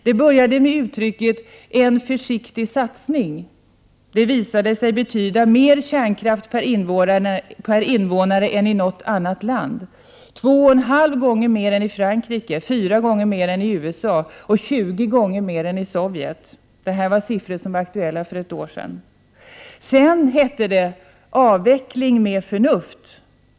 Det började med uttrycket ”en försiktig satsning”. Det visade sig betyda mer kärnkraft per invånare än i något annat land: 2,5 gånger mer än i Frankrike, 4 gånger mer än i USA och 20 gånger mer än i Sovjet — det är de siffror som var aktuella för ett år sedan. Sedan hette det ”avveckling med förnuft”.